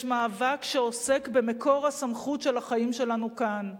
יש מאבק שעוסק במקור הסמכות של החיים שלנו כאן,